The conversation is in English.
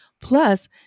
Plus